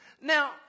Now